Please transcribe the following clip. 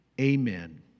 amen